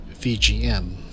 vgm